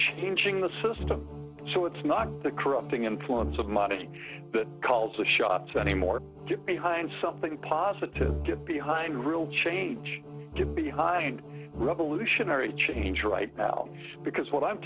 changing the system so it's not the corrupting influence of money that calls the shots anymore just behind something positive get behind real change get behind revolutionary change right now because what i'm